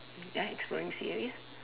ya exploring series